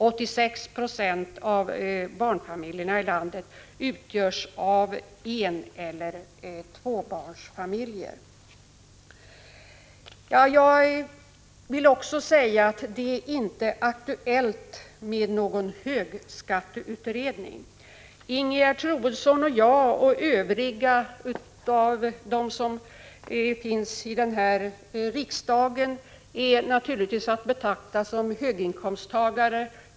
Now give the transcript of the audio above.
86 20 av barnfamiljerna i landet utgörs av eneller tvåbarnsfamiljer. Det är inte aktuellt med en högskatteutredning. Ingegerd Troedsson, jag och övriga här i riksdagen är naturligtvis att betrakta som höginkomsttagare.